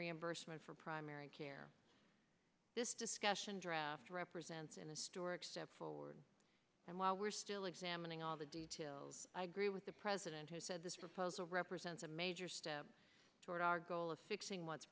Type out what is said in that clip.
reimbursement for primary care this discussion draft represents an historic step forward and while we're still examining all the details i agree with the president who said this proposal represents a major step toward our goal of fixing what's